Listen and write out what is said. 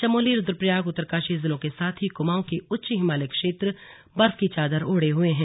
चमोली रुद्रप्रयाग उत्तरकाशी जिलों के साथ ही कुमाऊं के उच्च हिमालयी क्षेत्र बर्फ की चादर ओढ़े हुए हैं